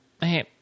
hey